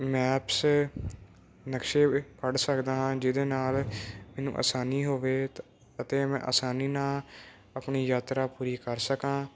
maps ਨਕਸ਼ੇ ਪੜ੍ਹ ਸਕਦਾ ਹਾਂ ਜਿਹਦੇ ਨਾਲ ਇਹਨੂੰ ਆਸਾਨੀ ਹੋਵੇ ਅਤੇ ਮੈਂ ਆਸਾਨੀ ਆ ਆਪਣੀ ਯਾਤਰਾ ਪੂਰੀ ਕਰ ਸਕਾਂ